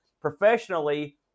professionally